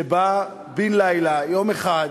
שבה בן-לילה, יום אחד,